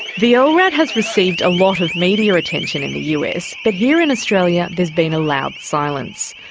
the ah lrad has received a lot of media attention in the us, but here in australia there's been a loud silence.